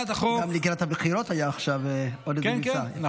גם לקראת הבחירות היה עוד איזה מבצע.